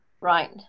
Right